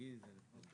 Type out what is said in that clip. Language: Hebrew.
הניקיון;